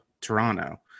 Toronto